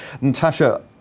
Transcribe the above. Natasha